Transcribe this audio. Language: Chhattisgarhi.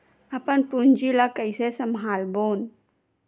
अपन पूंजी ला कइसे संभालबोन?